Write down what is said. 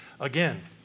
again